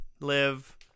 live